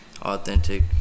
authentic